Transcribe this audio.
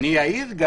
אעיר,